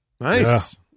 Nice